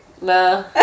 No